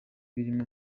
birimo